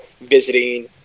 visiting